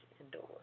indoors